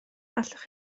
allwch